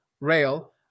Rail